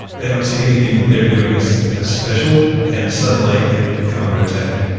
they don't see anything that they're doing as as special, and suddenly they come under attack.